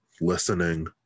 listening